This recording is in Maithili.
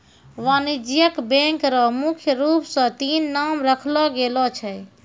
वाणिज्यिक बैंक र मुख्य रूप स तीन नाम राखलो गेलो छै